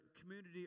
community